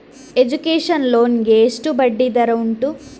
Education loan ಗೆ ಎಷ್ಟು ಬಡ್ಡಿ ದರ ಉಂಟು?